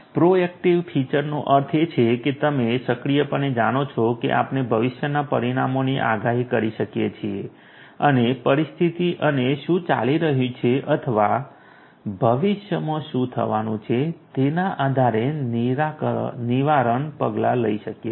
proactive ફીચરનો અર્થ એ છે કે તમે સક્રિયપણે જાણો છો કે આપણે ભવિષ્યના પરિણામોની આગાહી કરી શકીએ છીએ અને પરિસ્થિતિ અને શું ચાલી રહ્યું છે અથવા ભવિષ્યમાં શું થવાનું છે તેના આધારે નિવારક પગલાં લઈ શકીએ છીએ